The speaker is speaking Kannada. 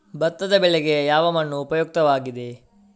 ಭತ್ತದ ಬೆಳೆಗೆ ಯಾವ ಮಣ್ಣು ಉಪಯುಕ್ತವಾಗಿದೆ?